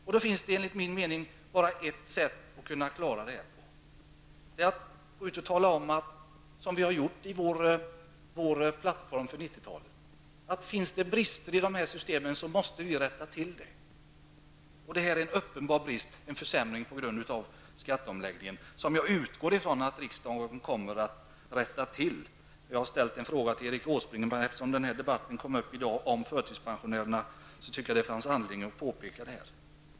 Enligt min mening finns det bara ett sätt att lösa detta problem, och det är att -- som vi har gjort i vår plattform inför 90-talet -- gå ut och försäkra att bristerna skall rättas till. Det här är en uppenbar brist och en försämring till följd av skatteomläggningen, som jag utgår ifrån kommer att rättas till. Jag har ställt en fråga till Erik Åsbrink, men eftersom den här debatten om förtidspensionärerna kom upp i dag, såg jag mig föranledd att ta upp problemen för de delvis förtidspensionerade.